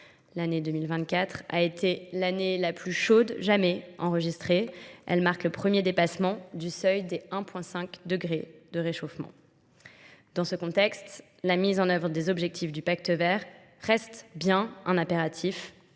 L'année 2024 a été l'année la plus chaude jamais enregistrée. Elle marque le premier dépassement du seuil des 1,5 degrés de réchauffement. Dans ce contexte, la mise en œuvre des objectifs du Pacte vert reste bien un apératif